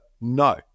No